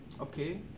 Okay